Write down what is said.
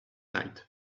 night